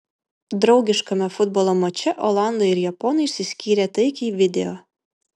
draugiškame futbolo mače olandai ir japonai išsiskyrė taikiai video